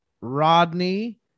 Rodney